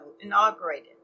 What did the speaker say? inaugurated